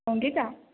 Nandita